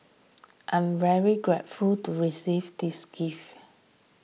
I'm very grateful to receive these gifts